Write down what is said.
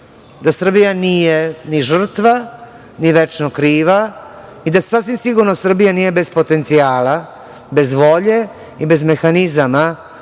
da Srbija nije ni žrtva, ni večno kriva i da sasvim sigurno Srbija nije bez potencijala, bez volje i bez mehanizama